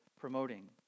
promoting